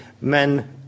men